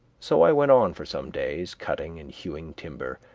so i went on for some days cutting and hewing timber,